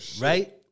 right